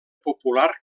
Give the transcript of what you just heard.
popular